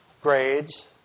grades